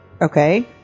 Okay